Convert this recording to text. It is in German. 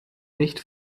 nicht